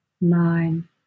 nine